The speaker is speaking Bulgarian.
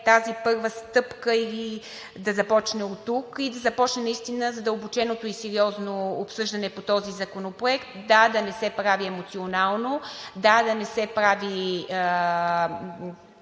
тази първа стъпка да започне оттук и да започне наистина задълбоченото и сериозно обсъждане по този законопроект. Да, да не се прави емоционално. Да, да не се прави